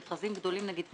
במכרזים גדולים נגיד,